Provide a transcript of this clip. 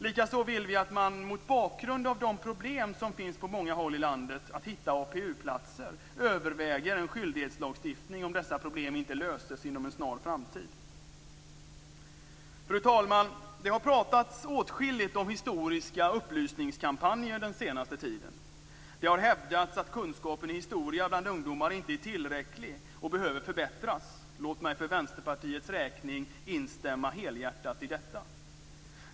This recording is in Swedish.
Likaså vill vi att man, mot bakgrund av de problem som finns på många håll i landet med att hitta APU-platser, överväger en skyldighetslagstiftning om dessa problem inte löses inom en snar framtid. Fru talman! Det har pratats åtskilligt om historiska upplysningskampanjer den senaste tiden. Det har hävdats att kunskapen i historia bland ungdomar inte är tillräcklig och behöver förbättras. Låt mig för Vänsterpartiets räkning instämma helhjärtat i detta.